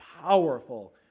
powerful